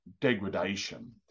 degradation